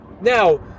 Now